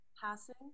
passing